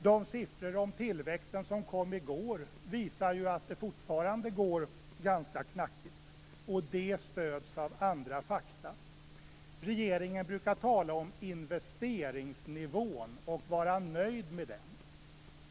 De siffror om tillväxten som kom i går visar att det fortfarande går ganska knackigt, och det stöds av andra fakta. Regeringen brukar tala om investeringsnivån och vara nöjd med den.